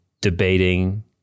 debating